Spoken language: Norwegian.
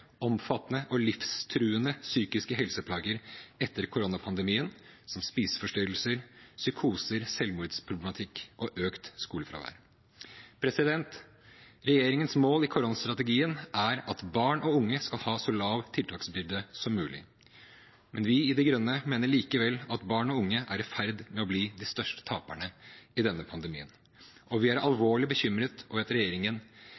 omfattende og livstruende psykiske helseplager etter koronapandemien, som spiseforstyrrelser, psykoser, selvmordsproblematikk og økt skolefravær. Regjeringens mål i koronastrategien er at barn og unge skal ha så lav tiltaksbyrde som mulig, men vi i De Grønne mener likevel at barn og unge er i ferd med å bli de største taperne i denne pandemien, og vi er alvorlig bekymret over at regjeringen